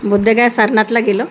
बोधगया सरनाथला गेलो